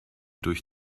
durch